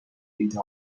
ایده